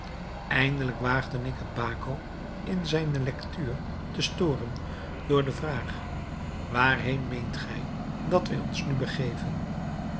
eindelijk waagde ik het baco in zijne lectuur te storen door de vraag waarheen meent gij dat wij ons nu begeven